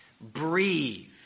Breathe